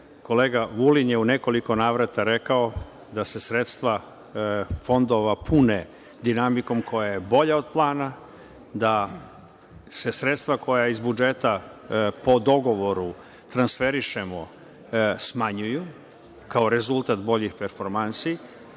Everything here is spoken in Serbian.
Vulin je u nekoliko navrata rekao da se sredstva fondova pune dinamikom koja je boja od plana, da se sredstva koja po dogovoru transferišemo smanjuju kao rezultat boljih performanski,